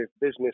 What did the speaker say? business